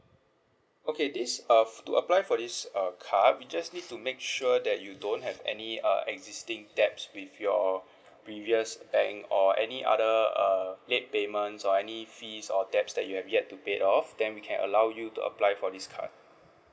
okay this uh f~ to apply for this uh card we just need to make sure that you don't have any uh existing debts with your previous bank or any other uh late payments or any fees or debts that you have yet to pay off then we can allow you to apply for this card